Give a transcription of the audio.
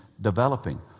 developing